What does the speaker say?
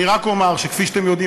אני רק אומר שכפי שאתם יודעים,